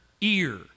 ear